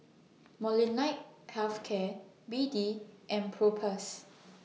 Molnylcke Health Care B D and Propass